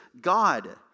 God